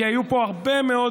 כי היו פה הרבה מאוד